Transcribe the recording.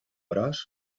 gros